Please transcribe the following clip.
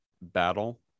battle